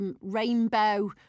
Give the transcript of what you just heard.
rainbow